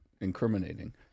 incriminating